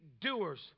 doers